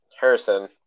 Harrison